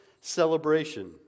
celebration